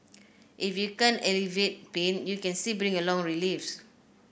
if you can't alleviate pain you can still bring about relief